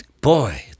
boy